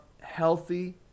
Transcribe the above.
healthy